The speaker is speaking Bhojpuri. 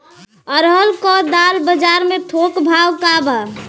अरहर क दाल बजार में थोक भाव का बा?